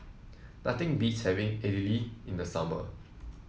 nothing beats having Idili in the summer